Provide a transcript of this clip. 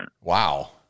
Wow